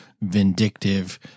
vindictive